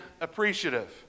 appreciative